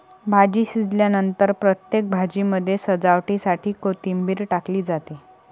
भाजी शिजल्यानंतर प्रत्येक भाजीमध्ये सजावटीसाठी कोथिंबीर टाकली जाते